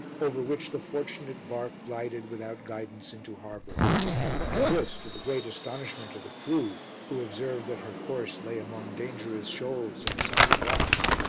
over which the fortunate bark glided without guidance into harbour and this to the great astonishment of the crew who observed that her course lay among dangerous shoals and sunken rocks.